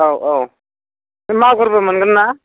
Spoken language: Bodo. औ औ मागुरबो मोनगोन ना